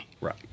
Right